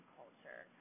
culture